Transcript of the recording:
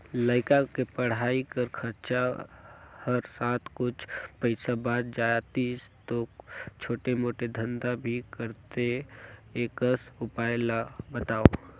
लइका के पढ़ाई कर खरचा कर साथ कुछ पईसा बाच जातिस तो छोटे मोटे धंधा भी करते एकस उपाय ला बताव?